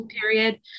period